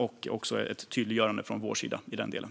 Det var också ett tydliggörande från vår sida i den delen.